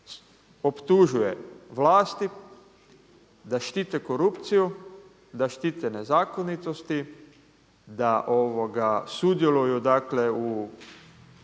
optužuje vlasti da štite korupciju, da štite nezakonitosti, da sudjeluju u